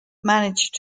managed